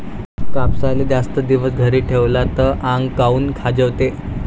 कापसाले जास्त दिवस घरी ठेवला त आंग काऊन खाजवते?